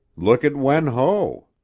look at wen ho.